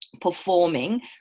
performing